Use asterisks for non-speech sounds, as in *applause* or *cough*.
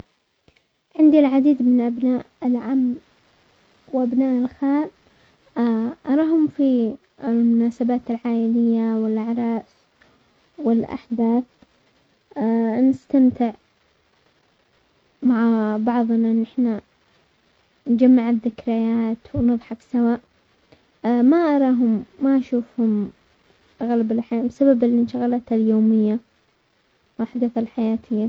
عندي العديد من ابناء العم وابناء الخال، *hesitation* اراهم في المناسبات العائلية والعرس والاحداث، *hesitation* نستمتع مع بعضنا نحنا نجمع الذكريات ونضحك سوا، *hesitation* ما اراهم ما اشوفهم اغلب الاحيان بسبب الانشغالات اليومية و احداث الحياتية.